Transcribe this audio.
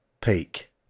peak